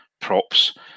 props